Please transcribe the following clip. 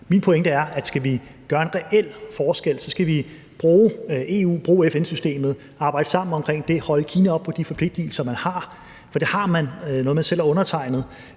Min pointe er, at skal vi gøre en reel forskel, skal vi bruge EU og bruge FN-systemet og arbejde sammen om det og holde Kina op på de forpligtigelser, man har. For det har man, og det er noget, man selv har undertegnet.